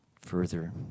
Further